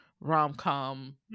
rom-com